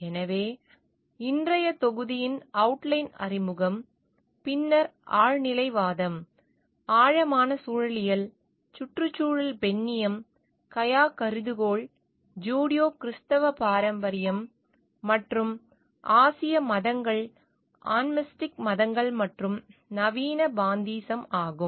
எனவே இன்றைய தொகுதியின் அவுட்லைன் அறிமுகம் பின்னர் ஆழ்நிலைவாதம் ஆழமான சூழலியல் சுற்றுச்சூழல் பெண்ணியம் கயா கருதுகோள் ஜூடியோ கிறிஸ்தவ பாரம்பரியம் ஆசிய மதங்கள் ஆன்மிஸ்டிக் மதங்கள் மற்றும் நவீன பாந்தீசம் ஆகும்